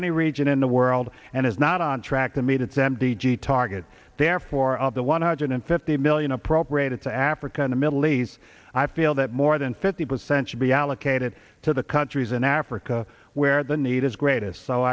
any region in the world and is not on track to meet its m t g target therefore the one hundred fifty million appropriated to africa in the middle east i feel that more than fifty percent should be allocated to the countries in africa where the need is greatest so